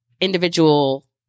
individual